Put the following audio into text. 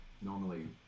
normally